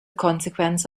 consequence